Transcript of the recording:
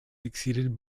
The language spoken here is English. succeeded